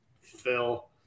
Phil